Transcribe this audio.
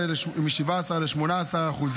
מ-17% ל-18%,